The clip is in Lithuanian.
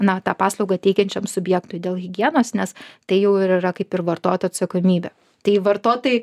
na tą paslaugą teikiančiam subjektui dėl higienos nes tai jau ir yra kaip ir vartoto atsakomybė tai vartotojai